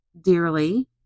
dearly